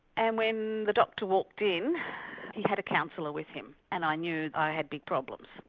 and when the doctor walked in he had a counsellor with him, and i knew i had big problems.